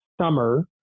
summer